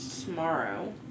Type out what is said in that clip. tomorrow